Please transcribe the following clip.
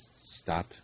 stop